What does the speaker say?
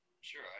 sure